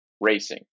racing